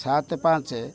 ସାତ ପାଞ୍ଚ